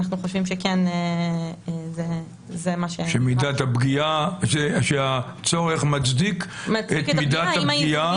אנחנו חושבים שהצורך מצדיק את הפגיעה.